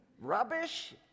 Rubbish